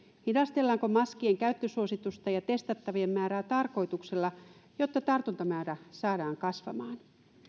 hidastellaanko maskien käyttösuositusta ja testattavien määrää tarkoituksella jotta tartuntamäärä saadaan kasvamaan